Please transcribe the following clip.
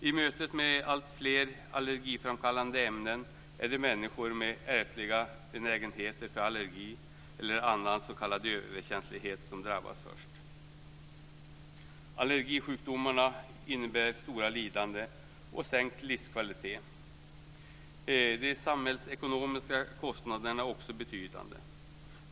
I mötet med alltfler allergiframkallande ämnen är det människor med ärftlig benägenhet för allergi eller annan s.k. överkänslighet som drabbas först. Allergisjukdomarna innebär stora lidanden och sänkt livskvalitet. De samhällsekonomiska kostnaderna är också betydande.